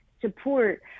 support